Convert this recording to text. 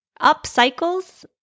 upcycles